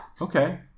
Okay